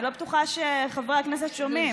אני לא בטוחה שחברי הכנסת שומעים.